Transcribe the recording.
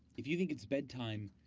if you think it's bedtime,